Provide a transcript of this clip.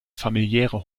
familiäre